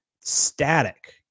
static